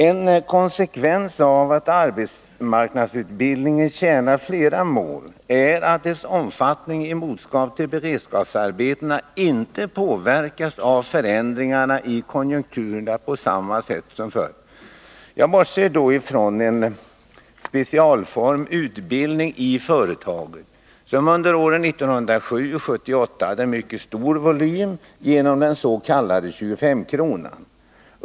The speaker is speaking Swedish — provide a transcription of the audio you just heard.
En konsekvens av att arbetsmarknadsutbildningen tjänar flera mål är att dess omfattning i motsats till beredskapsarbetena inte påverkas av förändringarna i konjunkturerna på samma sätt som förr. Jag bortser då från en speciell form, utbildning i företag, som åren 1977 och 1978 hade en mycket stor volym genom den s.k. 25-kronan.